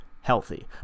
healthy